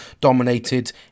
dominated